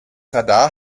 radar